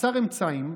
חסר אמצעים,